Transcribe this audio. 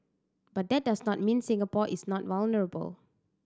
but that does not mean Singapore is not vulnerable